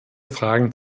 fragen